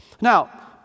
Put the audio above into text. Now